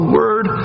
word